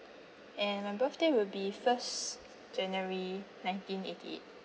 and my birthday will be first january nineteen eighty eight